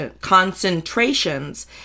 concentrations